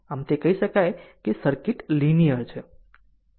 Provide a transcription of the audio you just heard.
આમ તે કહી શકે છે કે સર્કિટ એક લીનીયર છે